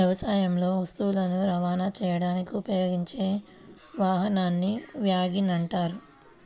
వ్యవసాయంలో వస్తువులను రవాణా చేయడానికి ఉపయోగించే వాహనాన్ని వ్యాగన్ అంటారు